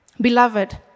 Beloved